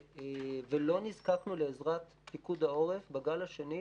ולא נזקקנו לעזרת פיקוד העורף בגל השני.